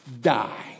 die